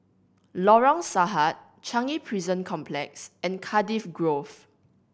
Lorong Sahad Changi Prison Complex and Cardiff Grove